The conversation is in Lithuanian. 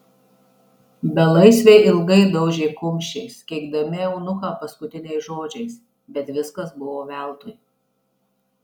belaisviai ilgai daužė kumščiais keikdami eunuchą paskutiniais žodžiais bet viskas buvo veltui